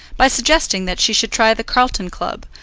by suggesting that she should try the carlton club,